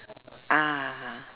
ah